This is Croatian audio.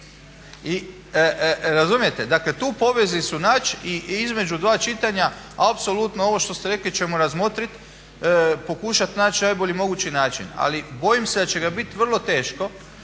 Razumijete? Tu poveznicu naći i između dva čitanja apsolutno ovo što ste rekli ćemo razmotriti, pokušat naći najbolji mogući način, ali bojim se da će ga biti vrlo teško